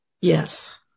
Yes